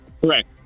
Correct